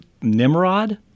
Nimrod